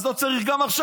אז לא צריך גם עכשיו,